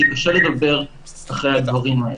כי קשה לדבר אחרי הדברים האלה.